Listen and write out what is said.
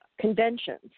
conventions